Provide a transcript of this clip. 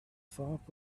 shop